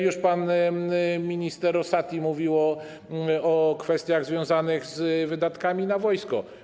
Już pan minister Rosati mówił o kwestiach związanych z wydatkami na wojsko.